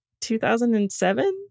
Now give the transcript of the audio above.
2007